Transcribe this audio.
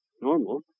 normal